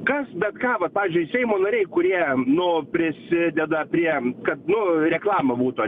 kas bet ką va pavyzdžiui seimo nariai kurie nu prisideda prie kad nu reklama būtų